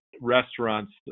restaurants